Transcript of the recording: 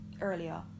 earlier